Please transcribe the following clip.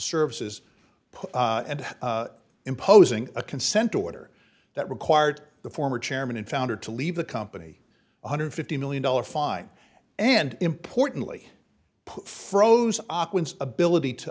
services and imposing a consent order that required the former chairman and founder to leave the company one hundred and fifty million dollars fine and importantly froze auckland's ability to